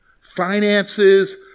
finances